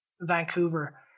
Vancouver